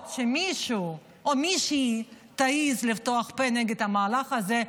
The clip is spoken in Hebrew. שמישהו או מישהי יעזו לפתוח פה נגד המהלך הזה,